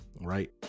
right